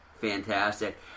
fantastic